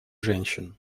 женщин